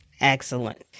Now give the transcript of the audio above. Excellent